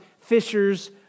fishers